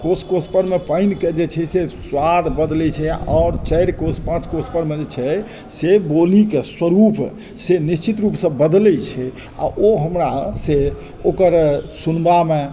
कोश कोश पर मे पानि के जे छै से स्वाद बदलै छै आओर चारि कोश पाँच कोश पर मे जे छै से बोली के स्वरूप से निश्चित रूप सँ बदलै छै आ ओ हमरा से ओकर सुनबा मे